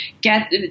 get